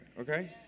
okay